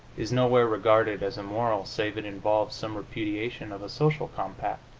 is nowhere regarded as immoral save it involve some repudiation of a social compact,